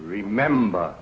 remember